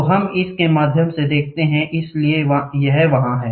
तो हम इसके माध्यम से देखते हैं इसलिए यह वहां है